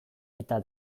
eta